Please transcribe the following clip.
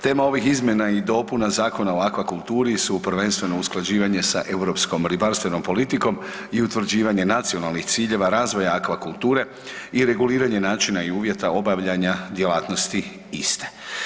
Tema ovih izmjena i dopuna Zakona o aquakulturi su prvenstveno usklađivanje sa europskom ribarstvenom politikom i utvrđivanje nacionalnih ciljeva razvoja aquakulture i reguliranje načina i uvjeta obavljanja djelatnosti iste.